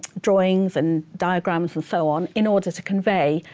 drawings and diagrams and so on in order to convey.